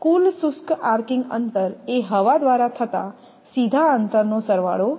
કુલ શુષ્ક આર્કીંગ અંતર એ હવા દ્વારા થતા સીધા અંતરનો સરવાળો છે